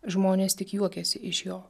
žmonės tik juokėsi iš jo